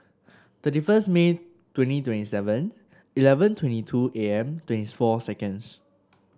thirty first May twenty twenty Seven Eleven twenty two A M twentieth four seconds